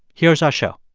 here's our show